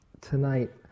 tonight